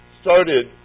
started